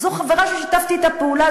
זו חברה ששיתפתי אתה פעולה,